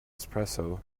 espresso